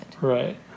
Right